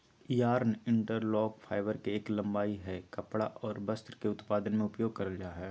yarn interlock, fibre के एक लंबाई हय कपड़ा आर वस्त्र के उत्पादन में उपयोग करल जा हय